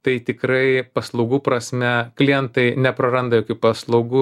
tai tikrai paslaugų prasme klientai nepraranda paslaugų